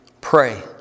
pray